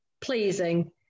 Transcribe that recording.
pleasing